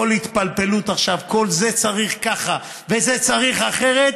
כל התפלפלות עכשיו, כל זה צריך ככה וזה צריך אחרת,